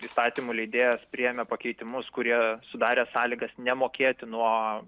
įstatymų leidėjas priėmė pakeitimus kurie sudarė sąlygas nemokėti nuo